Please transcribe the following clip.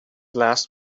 last